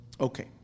Okay